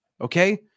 Okay